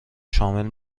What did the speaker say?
شامل